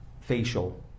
facial